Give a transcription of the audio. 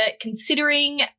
considering